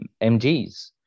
mgs